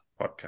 podcast